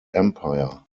empire